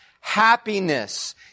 Happiness